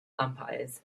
umpires